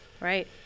right